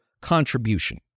contribution